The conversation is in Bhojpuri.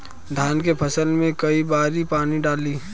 धान के फसल मे कई बारी पानी डाली?